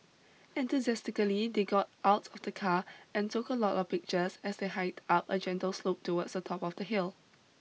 enthusiastically they got out of the car and took a lot of pictures as they hiked up a gentle slope towards the top of the hill